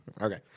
Okay